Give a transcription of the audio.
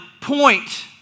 point